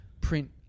print